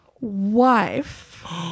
wife